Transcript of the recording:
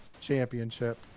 championship